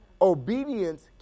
Obedience